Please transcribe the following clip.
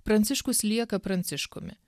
pranciškus lieka pranciškumi